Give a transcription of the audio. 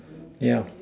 yeah